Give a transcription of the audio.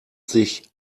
sich